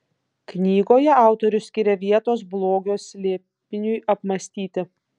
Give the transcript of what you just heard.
knygoje autorius skiria vietos blogio slėpiniui apmąstyti